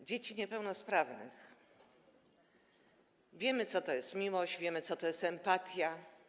rodzice dzieci niepełnosprawnych, wiemy, co to jest miłość, wiemy, co to jest empatia.